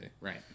right